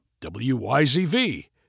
WYZV